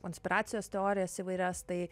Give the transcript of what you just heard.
konspiracijos teorijas įvairias tai